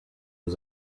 was